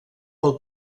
pel